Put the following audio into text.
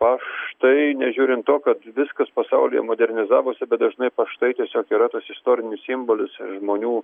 paštai nežiūrint to kad viskas pasaulyje modernizavosi bet dažnai paštai tiesiog yra tas istorinis simbolis žmonių